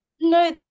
No